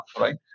right